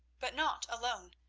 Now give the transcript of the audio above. but not alone,